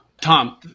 Tom